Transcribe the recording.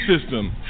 system